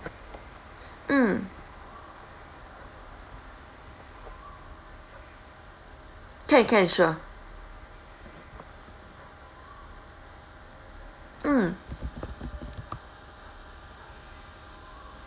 mm can can sure mm